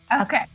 Okay